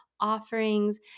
offerings